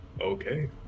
Okay